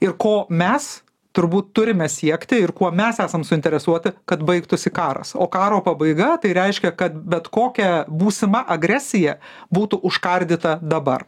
ir ko mes turbūt turime siekti ir kuo mes esam suinteresuoti kad baigtųsi karas o karo pabaiga tai reiškia kad bet kokia būsima agresija būtų užkardyta dabar